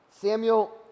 Samuel